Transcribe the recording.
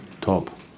Top